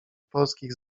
polskich